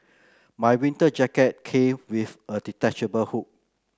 my winter jacket came with a detachable hood